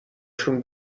شون